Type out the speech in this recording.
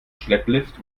schlepplift